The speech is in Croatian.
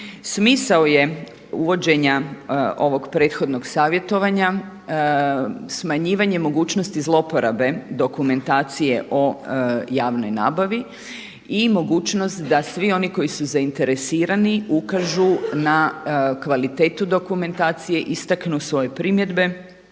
Smisao je uvođenja ovog prethodnog savjetovanja smanjivanje mogućnosti zlouporabe dokumentacije o javnoj nabavi i mogućnost da svi oni koji su zainteresirani ukažu na kvalitetu dokumentacije, istaknu svoje primjedbe